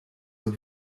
that